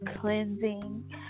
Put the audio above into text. cleansing